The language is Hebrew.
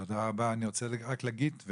תודה רבה אני רוצה רק להגיד,